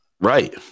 right